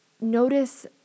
notice